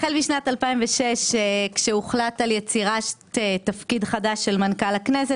החל משנת 2006 כשהוחלט על יצירת תפקיד חדש של מנכ"ל הכנסת